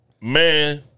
Man